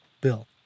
Bill